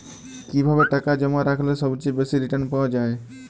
কিভাবে টাকা জমা রাখলে সবচেয়ে বেশি রির্টান পাওয়া য়ায়?